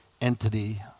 entity